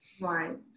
Right